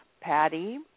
Patty